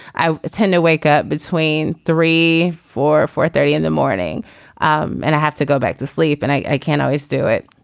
i tend to wake up between three four four thirty in the morning and i have to go back to sleep and i can't always do it.